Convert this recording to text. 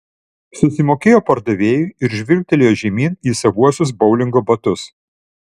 susimokėjo pardavėjui ir žvilgtelėjo žemyn į savuosius boulingo batus